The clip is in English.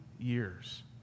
years